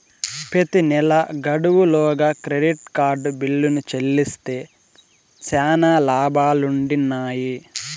ప్రెతి నెలా గడువు లోగా క్రెడిట్ కార్డు బిల్లుని చెల్లిస్తే శానా లాబాలుండిన్నాయి